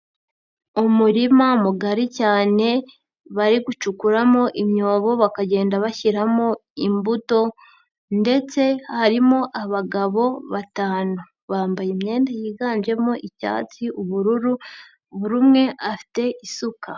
Umurima mugari cyane bari gucukuramo imyobo bakagenda bashyiramo imbuto ndetse harimo abagabo batanu. Bambaye imyenda yiganjemo icyatsi, ubururu buri umwe afite isuka.